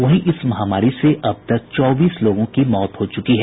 वहीं इस महामारी से अब तक चौबीस लोगों की मौत हो चुकी है